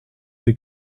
des